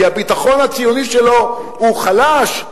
כי הביטחון הציוני שלו הוא חלש,